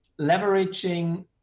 leveraging